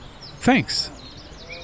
Thanks